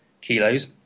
kilos